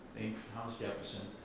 thomas jefferson,